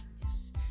Yes